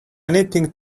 anything